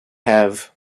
have